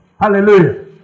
hallelujah